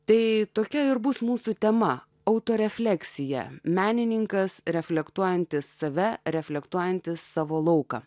tai tokia ir bus mūsų tema autorė fleksija menininkas reflektuojantis save reflektuojantis savo lauką